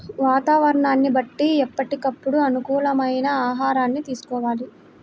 వాతావరణాన్ని బట్టి ఎప్పటికప్పుడు అనుకూలమైన ఆహారాన్ని తీసుకోవాలి